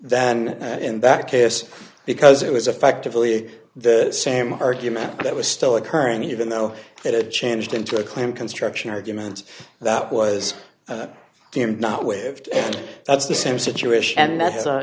then in that case because it was affectively the same argument that was still occurring even though it had changed into a claim construction argument that was deemed not waved that's the same situation and that